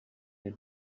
had